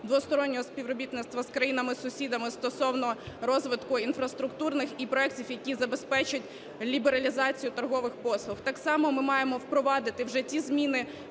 двостороннього співробітництва з країнами-сусідами стосовно розвитку інфраструктурних і проектів, які забезпечать лібералізацію торгових послуг. Так само ми маємо впровадити вже ті зміни